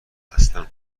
اصلا